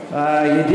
אהדה רבה לישראל.